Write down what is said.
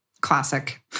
classic